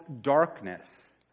darkness